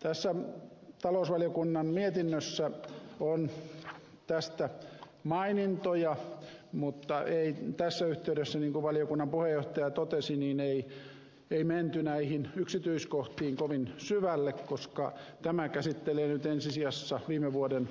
tässä talousvaliokunnan mietinnössä on tästä mainintoja mutta tässä yhteydessä niin kuin valiokunnan puheenjohtaja totesi ei menty näihin yksityiskohtiin kovin syvälle koska tämä käsittelee nyt ensi sijassa viime vuoden